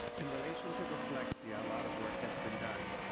in relation to dyslexia, a lot of work has been done.